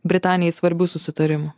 britanijai svarbių susitarimų